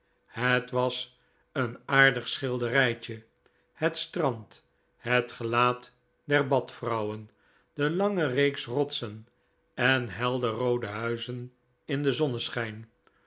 het was een aardig schilderijtje het strand het gelaat der badvrouwen de lange reeks rotsen en helderroode huizen in den zonneschijn